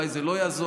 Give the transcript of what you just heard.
אולי זה לא יעזור,